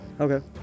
Okay